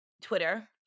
twitter